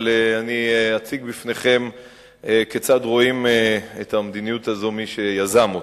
אבל אני אציג בפניכם כיצד רואים את המדיניות הזאת מי שיזמו אותה,